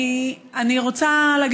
אני רוצה להגיד,